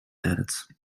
added